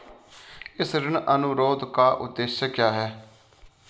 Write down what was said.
इस ऋण अनुरोध का उद्देश्य क्या है?